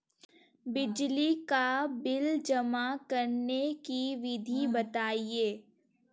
बिजली का बिल जमा करने की विधि बताइए?